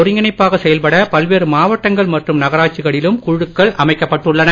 ஒருங்கிணைப்பாக செயல்பட பல்வேறு மாவட்டங்கள் மற்றும் நகராட்சிகளிலும் குழுக்கள் அமைக்கப்பட்டுள்ளன